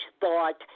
thought